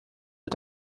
mit